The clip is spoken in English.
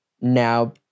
now